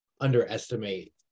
underestimate